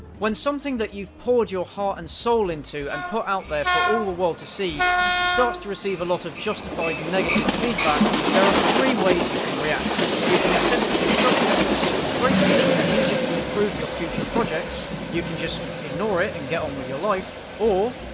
when something that you've poured your heart and soul into and put out there for all the world to see it starts to receive a lot of justified negative feedback, there are three ways you can react. you can accept the constructive criticism gracefully and use it to improve your future projects. you can just ignore it and get on with your life. or.